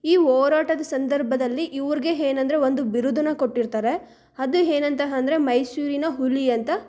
ಈ ಹೋರಾಟದ ಸಂದರ್ಭದಲ್ಲಿ ಇವ್ರಿಗೆ ಏನಂದ್ರೆ ಒಂದು ಬಿರುದನ್ನು ಕೊಟ್ಟಿರ್ತಾರೆ ಅದು ಏನಂತ ಅಂದ್ರೆ ಮೈಸೂರಿನ ಹುಲಿ ಅಂತ